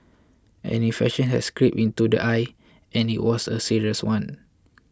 an infection has crept into the eye and it was a serious one